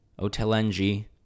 Otelengi